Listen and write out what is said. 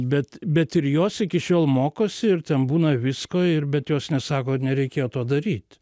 bet bet ir jos iki šiol mokosi ir ten būna visko ir bet jos nesako nereikėjo to daryt